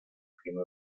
crimen